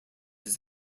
his